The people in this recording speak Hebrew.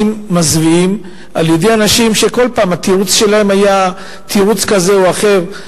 מזוויעים על-ידי אנשים שכל פעם התירוץ שלהם היה כזה או אחר.